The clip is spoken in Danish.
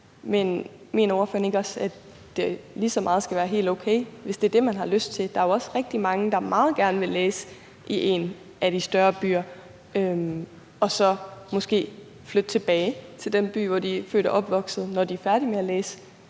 men mener ordføreren ikke også, at det lige så meget skal være helt okay, hvis det er det, man har lyst til? Der er jo også rigtig mange, der meget gerne vil læse i en af de større byer og så måske flytte tilbage til den by, hvor de født og opvokset, når de er færdige med at læse.